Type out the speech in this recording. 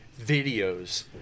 videos